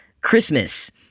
Christmas